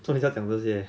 做什么你现在讲这些